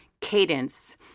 cadence